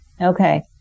Okay